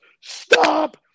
stop